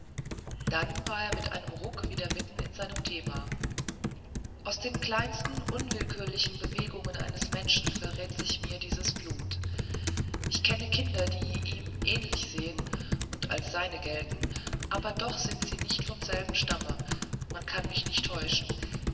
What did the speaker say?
dann war er mit einem ruck wieder mitten in seinem thema aus den kleinsten unwillkürlichen bewegungen eines menschen verrät sich mir dieses blut ich kenne kinder die ihm ähnlich sehen und als seine gelten aber doch sind sie nicht vom selben stamme man kann mich nicht täuschen